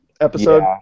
episode